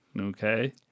Okay